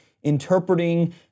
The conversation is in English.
interpreting